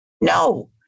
No